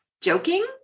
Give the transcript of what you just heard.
joking